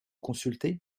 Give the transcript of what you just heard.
consulter